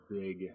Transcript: big